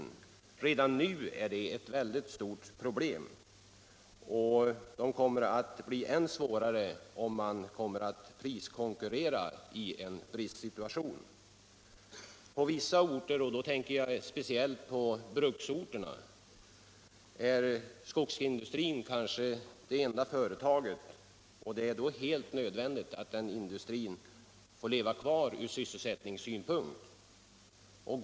Det förhållandet är redan nu ett väldigt stort problem, och det kommer att bli än värre, om företagen tvingas att priskonkurrera i en bristsituation. På vissa orter — jag tänker speciellt på bruksorterna — är skogsindustriföretagen kanske den enda arbetsplatsen. Det är då helt nödvändigt med tanke på sysselsättningen att denna industri får leva kvar.